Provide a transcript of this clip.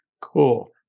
cool